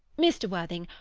mr. worthing,